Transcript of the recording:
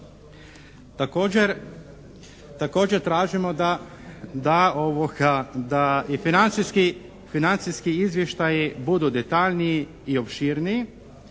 također tražimo da, da i financijski, financijski izvještaji budu detaljniji i opširniji